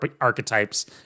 archetypes